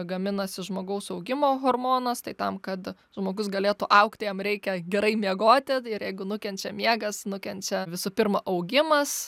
gaminasi žmogaus augimo hormonas tai tam kad žmogus galėtų augti jam reikia gerai miegoti ir jeigu nukenčia miegas nukenčia visų pirma augimas